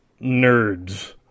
Nerds